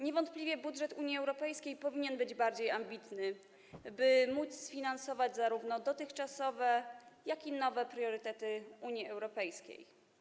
Niewątpliwie budżet Unii Europejskiej powinien być bardziej ambitny, by można było sfinansować zarówno dotychczasowe, jak i nowe priorytety Unii Europejskiej.